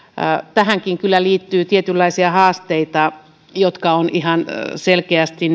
tähänkin kyllä liittyy tietynlaisia haasteita jotka ovat ihan selkeästi